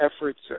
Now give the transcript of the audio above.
efforts